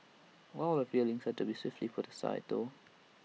all her feelings had to be swiftly put aside though